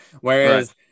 Whereas